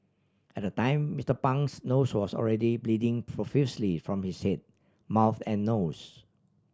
at the time Mister Pang's nose was already bleeding profusely from his head mouth and nose